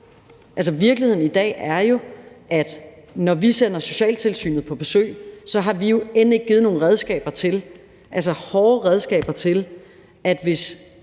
på. Virkeligheden i dag er jo, at når vi sender socialtilsynet på besøg, har vi end ikke givet nogen redskaber – hårde redskaber – til at man,